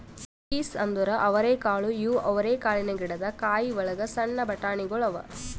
piece ಅಂದುರ್ ಅವರೆಕಾಳು ಇವು ಅವರೆಕಾಳಿನ ಗಿಡದ್ ಕಾಯಿ ಒಳಗ್ ಸಣ್ಣ ಬಟಾಣಿಗೊಳ್ ಅವಾ